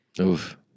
Oof